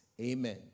Amen